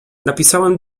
napisałem